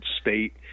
state